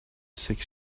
six